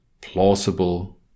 plausible